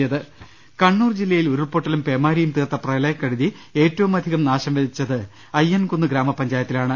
രുട്ട്ട്ട്ട്ട്ട്ട്ട്ട്ട കണ്ണൂർ ജില്ലയിൽ ഉരുൾപൊട്ടലും പേമാരിയും തീർത്ത പ്രളയക്കെടുതി ട ഏറ്റവുമധികം നാശം വിതച്ചത് അയ്യൻകുന്ന് ഗ്രാമപഞ്ചായത്തിലാണ്